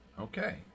Okay